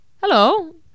hello